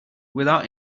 without